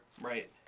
right